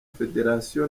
federasiyo